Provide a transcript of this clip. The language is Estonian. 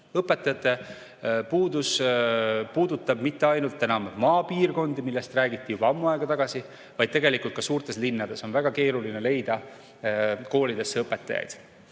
Õpetajate puudus ei puuduta mitte ainult enam maapiirkondi, millest räägiti juba ammu aega tagasi, vaid tegelikult ka suurtes linnades on väga keeruline leida koolidesse õpetajaid.